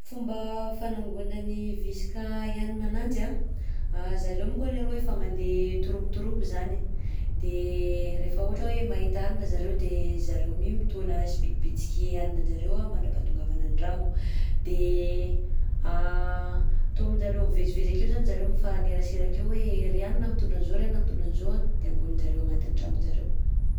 Fomba fanangonan'ny visika i haninananjy anh, zareo monkony arô efa mandeha troupe-troupe zany. _x000D_ De rehefa ohatra hoe mahita hanina zareo de zareo mi mitaona sibitibitika i haninan-jareo mandrahapatongavana an-dragno, de taomin-jareo mivezivezy akeo zany zareo mifanerasera akeo hoe ry anona mitondra an'zao, ry anona mitondra an'zao a de angonin-jareo ao agnatin'ny tragnon-jareo.